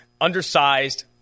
undersized